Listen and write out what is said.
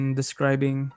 describing